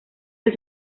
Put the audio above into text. del